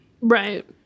Right